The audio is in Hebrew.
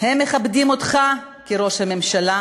הם מכבדים אותך כראש הממשלה,